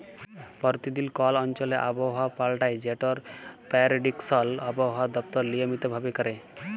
পরতিদিল কল অঞ্চলে আবহাওয়া পাল্টায় যেটর পেরডিকশল আবহাওয়া দপ্তর লিয়মিত ভাবে ক্যরে